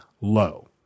low